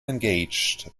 engaged